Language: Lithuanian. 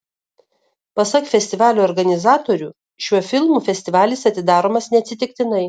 pasak festivalio organizatorių šiuo filmu festivalis atidaromas neatsitiktinai